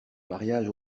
mariage